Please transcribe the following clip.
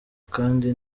kandi